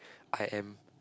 I am